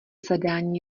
zadání